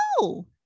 No